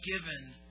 given